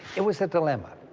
it was a dilemma.